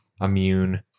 immune